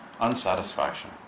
Unsatisfaction